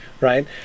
right